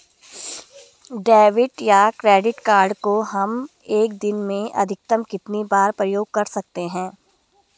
Debit या credit card को हम एक दिन में अधिकतम कितनी बार प्रयोग कर सकते हैं?